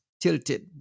tilted